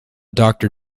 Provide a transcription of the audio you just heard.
doctor